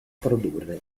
produrre